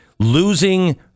Losing